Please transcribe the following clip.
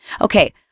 Okay